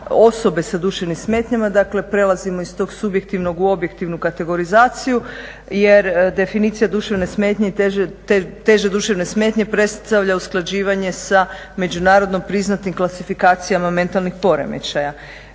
osobe sa duševnim smetnjama, dakle prelazimo iz tog subjektivnog u objektivnu kategorizaciju jer definicija duševne smetnje i teže duševne smetnje predstavlja usklađivanje sa međunarodno priznatim klasifikacijama mentalnih poremećaja.